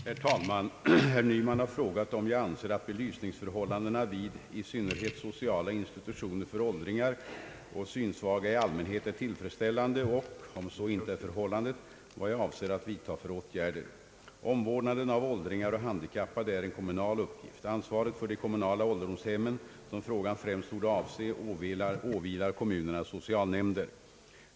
Herr talman! Herr Nyman har frågat om jag anser att belysningsförhållandena vid i synnerhet sociala institutioner för åldringar och synsvaga i allmänhet är tillfredsställande och, om så inte är förhållandet, vad jag avser att vidta för åtgärder. Omvårdnaden av åldringar och handikappade är en kommunal uppgift. Ansvaret för de kommunala ålderdomshemmen, som frågan främst torde avse, åvilar kommunernas socialnämnder.